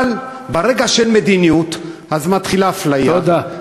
אבל ברגע שאין מדיניות מתחילה אפליה,